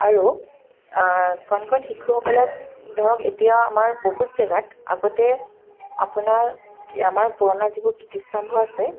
আৰু কণ কণ শিশুসকলক ধৰক এতিয়া আমাৰ বহুত জেগাত আগতে আপোনাৰ আমাৰ পুৰণা যিবোৰ কীৰ্তিস্তম্ভ আছে